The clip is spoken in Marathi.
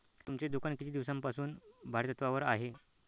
तुमचे दुकान किती दिवसांपासून भाडेतत्त्वावर आहे?